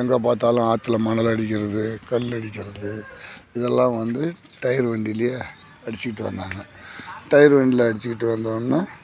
எங்கே பார்த்தாலும் ஆற்றுல மணல் அடிக்கிறது கல் அடிக்கிறது இதெல்லாம் வந்து டயர் வண்டியிலயே அடிச்சிக்கிட்டு வந்தாங்க டயர் வண்டியில அடிச்சிக்கிட்டு வந்தவொன